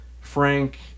frank